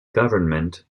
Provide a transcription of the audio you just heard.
government